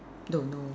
don't know